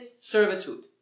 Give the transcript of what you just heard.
servitude